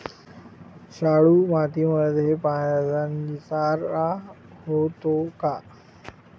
शाडू मातीमध्ये पाण्याचा निचरा होतो का?